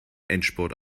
endspurt